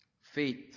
Faith